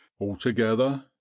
altogether